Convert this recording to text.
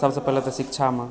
सभसे पहिले तऽ शिक्षामे